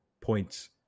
points